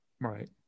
Right